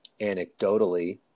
anecdotally